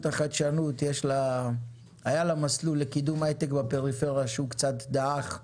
החדשנות היה מסלול לקידום הייטק בפריפריה שקצת דעך,